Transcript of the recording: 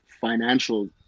financial